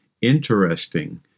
interesting